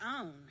own